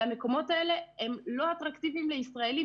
והמקומות האלה לא אטרקטיביים לישראלים.